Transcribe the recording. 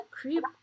creep